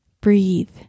breathe